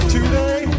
Today